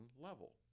level